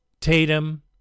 Tatum